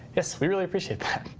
yes. we really appreciate